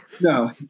No